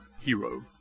hero